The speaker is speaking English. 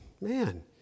Man